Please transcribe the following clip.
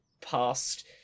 past